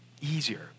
easier